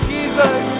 Jesus